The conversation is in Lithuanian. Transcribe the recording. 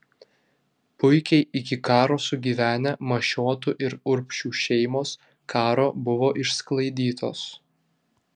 puikiai iki karo sugyvenę mašiotų ir urbšių šeimos karo buvo išsklaidytos